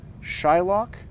Shylock